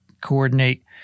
coordinate